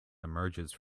emerges